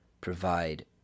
provide